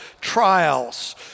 trials